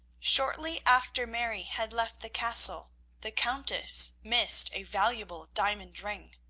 shortly after mary had left the castle the countess missed a valuable diamond ring.